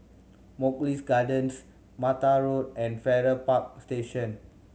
Mugliston Gardens Mattar Road and Farrer Park Station